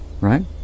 right